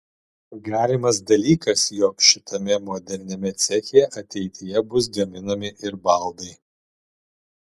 galimas dalykas jog šitame moderniame ceche ateityje bus gaminami ir baldai